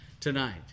Tonight